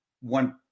one